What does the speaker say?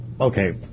Okay